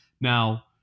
Now